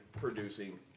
producing